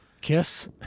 Kiss